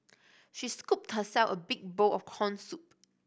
she scooped herself a big bowl of corn soup